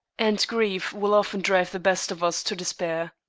and grief will often drive the best of us to despair.